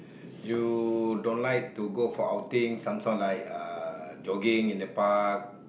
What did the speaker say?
you don't like to go for outing some sort like uh jogging in the park